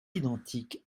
identique